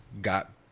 got